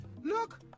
Look